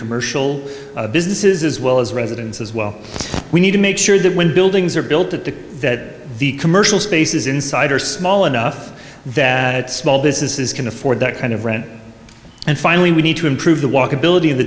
commercial businesses as well as residents as well we need to make sure that when buildings are built that the that the commercial spaces inside are small enough that small businesses can afford that kind of rent and finally we need to improve the walkability of the